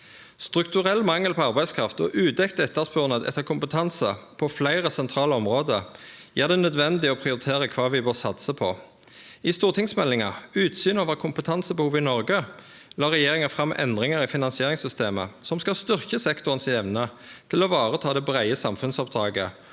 Strukturell mangel på arbeidskraft og udekt etterspurnad etter kompetanse på fleire sentrale område gjer det nødvendig å prioritere kva vi bør satse på. I stortingsmeldinga «Utsyn over kompetansebehovet i Norge» la regjeringa fram endringar i finansieringssystemet som skal styrkje sektoren si evne til å vareta det breie samfunnsoppdraget